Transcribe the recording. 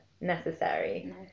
necessary